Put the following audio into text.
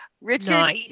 Richard